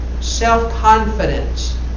self-confidence